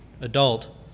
adult